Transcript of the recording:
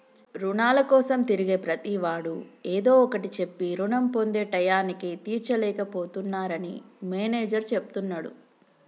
రుణాల కోసం తిరిగే ప్రతివాడు ఏదో ఒకటి చెప్పి రుణం పొంది టైయ్యానికి తీర్చలేక పోతున్నరని మేనేజర్ చెప్తున్నడు